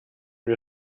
wir